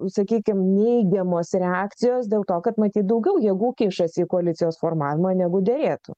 sakykim neigiamos reakcijos dėl to kad matyt daugiau jėgų kišasi į koalicijos formavimą negu derėtų